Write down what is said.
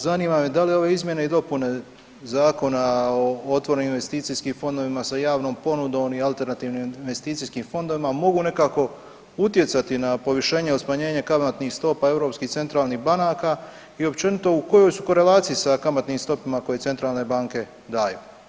Zanima me da li ove izmjene i dopune Zakona o otvorenim investicijskim fondovima sa javnom ponudom i alternativnim investicijskim fondovima mogu nekako utjecati na povišenje ili smanjenje kamatnih stopa europskih centralnih banaka i općenito, u kojoj su korelaciji sa kamatnim stopama koje centralne banke daju?